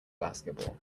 basketball